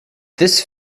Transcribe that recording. this